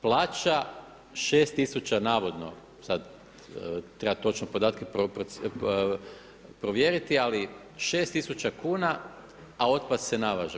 Plaća 6000 navodno sad treba točno podatke provjeriti, ali 6000 kuna a otpad se navaža.